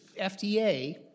FDA